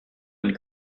and